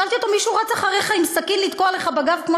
שאלתי אותו: מישהו רץ אחריך עם סכין לתקוע לך בגב כמו